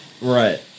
Right